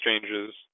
exchanges